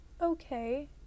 Okay